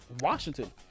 Washington